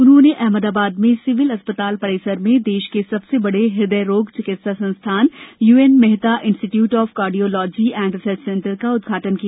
उन्होंने अहमदाबाद में सिविल अस्पताल परिसर में देश के सबसे बडे हृदय रोग चिकित्सा संस्थान UN Mehta institute of cardiology and research centre का उदघाटन किया